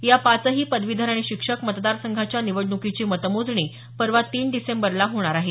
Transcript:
या पाचही पदवीधर आणि शिक्षक मतदारसंघाच्या निवडणुकीची मतमोजणी परवा तीन डिसेंबरला होणार आहे